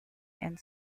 and